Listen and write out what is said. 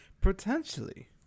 Potentially